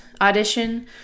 Audition